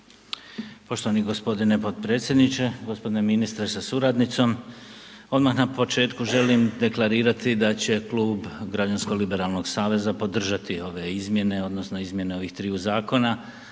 Poštovani g. potpredsjedniče, g. ministre sa suradnicom. Odmah na početku želim deklarirati da će Klub Građansko-liberalnog saveza podržati ove izmjene, odnosno izmjene ovih triju zakona